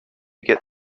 get